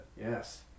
Yes